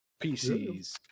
PCs